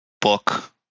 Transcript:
book